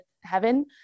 heaven